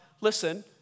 listen